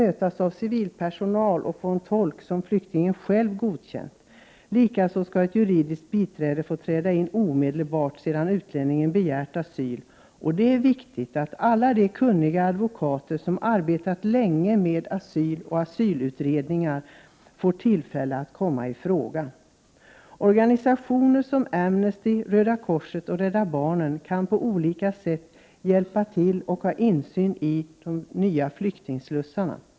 Dessutom skall flyktingar ha en tolk som de själva har godkänt. Likaså skall ett juridiskt biträde kopplas in omedelbart efter det att en utlänning har begärt asyl. Det är viktigt att alla duktiga advokater som har arbetat länge med asylfrågor och asylutredningar kan komma i fråga. Organisationer som Amnesty, Röda korset och Rädda barnen kan på olika sätt hjälpa till och ha insyn när det gäller de olika flyktingslussarna.